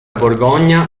borgogna